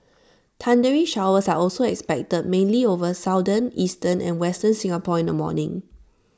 thundery showers are also expected mainly over southern eastern and western Singapore in the morning